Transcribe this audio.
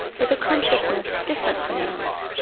with a consciousness different from ours,